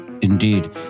Indeed